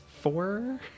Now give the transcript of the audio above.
four